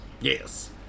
Yes